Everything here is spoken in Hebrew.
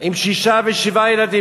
עם שישה ושבעה ילדים,